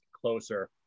closer